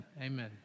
Amen